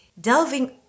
delving